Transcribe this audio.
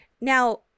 Now